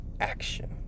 action